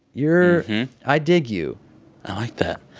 you're i dig you i like that.